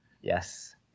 Yes